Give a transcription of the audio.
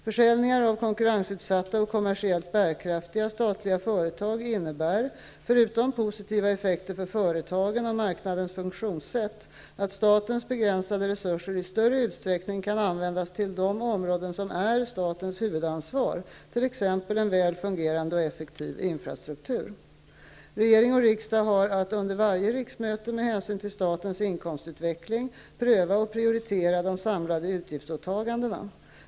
Försäljningar av konkurrensutsatta och kommersiellt bärkraftiga statliga företag innebär, förutom positiva effekter för företagen och marknadens funktionssätt, att statens begränsade resurser i större utsträckning kan användas till de områden som är statens huvudansvar, t.ex. en väl fungerande och effektiv infrastruktur. Regering och riksdag har att under varje riksmöte med hänsyn till statens inkomstutveckling pröva och prioritera de samlade utgiftsåtagandena.